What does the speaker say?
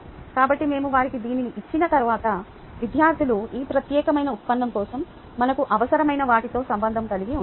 కాబట్టి మేము వారికి దీనిని ఇచ్చిన తర్వాత విద్యార్థులు ఈ ప్రత్యేకమైన ఉత్పన్నం కోసం మనకు అవసరమైన వాటితో సంబంధం కలిగి ఉంటారు